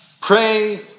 Pray